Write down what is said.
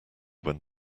when